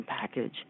package